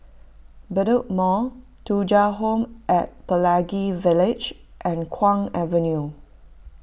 Bedok Mall Thuja Home at Pelangi Village and Kwong Avenue